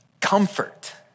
Comfort